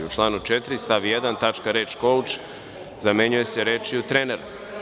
U članu 4. stav 1. tačka 8) reč „kouč“ zamenjuje se rečju „trenera“